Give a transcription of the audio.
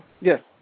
Yes